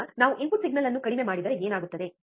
ಈಗ ನಾವು input signal ಅನ್ನು ಕಡಿಮೆ ಮಾಡಿದರೆ ಏನಾಗುತ್ತದೆ